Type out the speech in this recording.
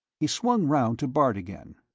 he swung round to bart again.